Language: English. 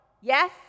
Yes